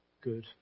good